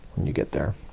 when you get there.